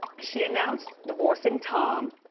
she announced divorcing tom